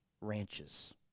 ranches